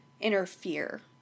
interfere